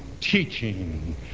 teaching